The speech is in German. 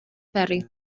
perry